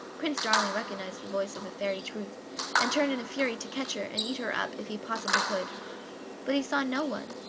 prince darling recognized the voice of the fairy truth and turned in a fury to catch her and eat her up if he possibly could but he saw no one,